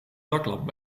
zaklamp